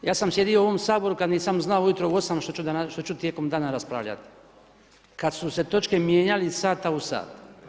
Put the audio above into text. Ja sam sjedio u ovom Saboru kada nisam znao ujutro u 8 što ću tijekom dana raspravljati, kada su se točke mijenjale iz sata u sat.